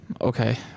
Okay